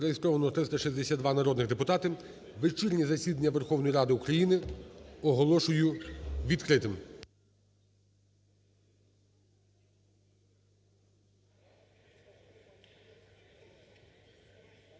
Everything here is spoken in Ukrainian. Зареєстровано 362 народних депутати. Вечірнє засідання Верховної Ради України оголошую відкритим.